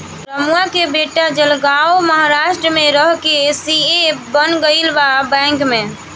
रमुआ के बेटा जलगांव महाराष्ट्र में रह के सी.ए बन गईल बा बैंक में